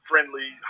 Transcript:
friendly